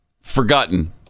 Forgotten